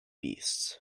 beasts